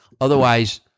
Otherwise